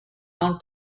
own